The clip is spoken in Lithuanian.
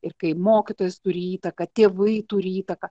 ir kai mokytojas turi įtaką tėvai turi įtaką